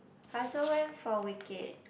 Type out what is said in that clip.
I also went for Wicked